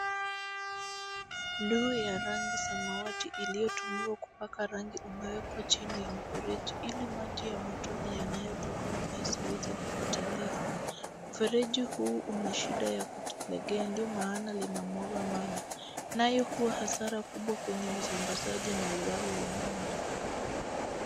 Ndoo ya rangi samawati iliyotumiwa kupaka rangi umewekwa chini ya mfereji ili maji ya matone yanayotoka yasiweze kupotelea. Mfereji huu una shida ya kutoregea ndio maana linamwaga maji. Nayo huwa hasara kubwa kwenye usambazaji na ugawi wa maji.